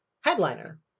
headliner